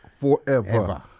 forever